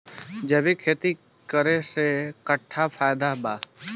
जैविक खेती करे से कट्ठा कट्ठा फायदा बा?